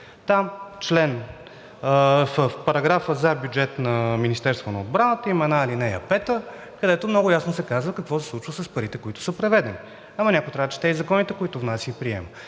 Там в параграфа за бюджет на Министерството на отбраната има една ал. 5, където много ясно се казва какво се случва с парите, които са преведени. Ама някой трябва да чете и законите, които внася и приема.